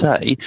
say